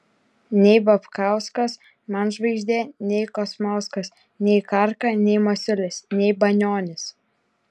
nei babkauskas man žvaigždė nei kosmauskas nei karka nei masiulis nei banionis